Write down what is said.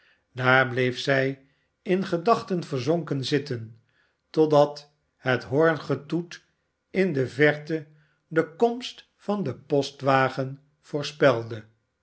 daar bleef zij in gedachten verzonken zitten totdat het hoorngetoet in de verte de komst van den